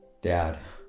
Dad